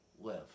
live